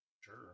Sure